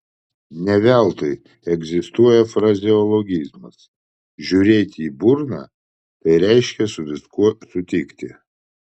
ne veltui egzistuoja frazeologizmas žiūrėti į burną tai reiškia su viskuo sutikti